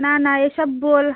না না এসব বোল